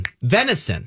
venison